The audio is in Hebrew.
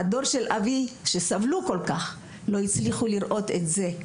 הדור של אבי, שסבל כל כך, לא הצליח לראות את זה.